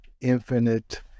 infinite